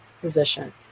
position